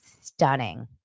stunning